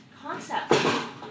concept